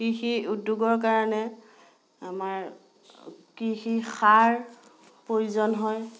কৃষি উদ্যোগৰ কাৰণে আমাৰ কৃষি সাৰ প্ৰয়োজন হয়